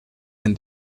and